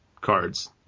cards